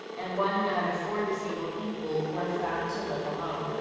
and one out of four disabled people were found to live alone.